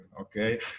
Okay